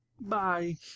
Bye